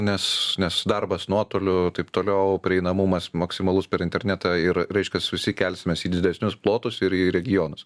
nes nes darbas nuotoliu taip toliau prieinamumas maksimalus per internetą ir reiškias visi kelsimės į didesnius plotus ir į regionus